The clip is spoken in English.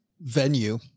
venue